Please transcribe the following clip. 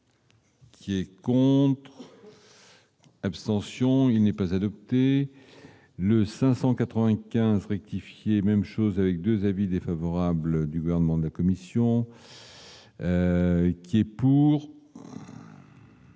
C'est con. Abstention : il n'est pas adopté le 595 fructifier même chose avec 2 avis défavorables du gouvernement de la Commission. Qui est pour.